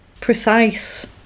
precise